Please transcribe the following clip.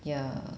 ya